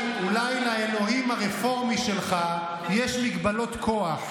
שאולי אולי אולי לאלוהים הרפורמי שלך יש מגבלות כוח,